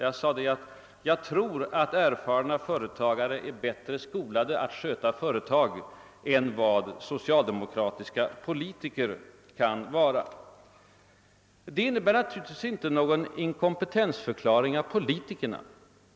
Jag sade att jag tror att erfarna företagare är bättre skolade att sköta företagen än vad socialdemokratiska politiker kan vara. Detta är naturligtvis inte någon inkompetensförklaring av politikerna.